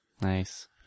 Nice